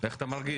איך אתה מרגיש?